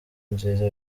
nziza